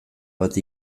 bat